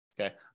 Okay